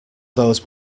those